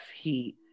Heat